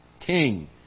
King